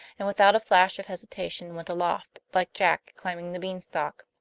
and without a flash of hesitation went aloft, like jack climbing the bean stalk.